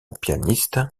pianiste